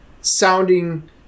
sounding